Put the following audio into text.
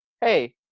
hey